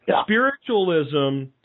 spiritualism